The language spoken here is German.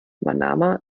manama